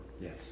Yes